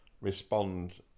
respond